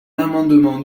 l’amendement